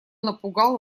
напугал